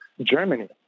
Germany